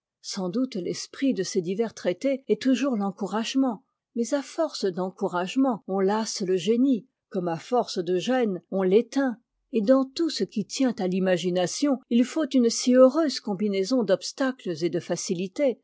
sans doute l'esprit de ces divers traités est toujours l'encouragement mais a force d'encouragement on lasse le génie comme à force de gêne on t'éteint et dans tout ce qui tient à l'imagination il faut une si heureuse combinaison d'obstacles et de facilité